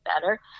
better